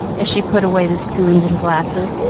as she put away the spoons and glasses,